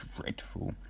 dreadful